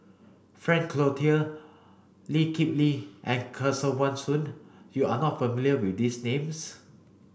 Frank Cloutier Lee Kip Lee and Kesavan Soon you are not familiar with these names